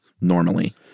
normally